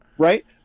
Right